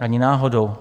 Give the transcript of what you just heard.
Ani náhodou.